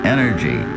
Energy